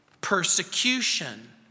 Persecution